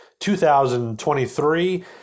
2023